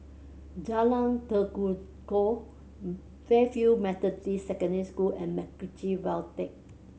Jalan Tekukor Fairfield Methodist Secondary School and MacRitchie Viaduct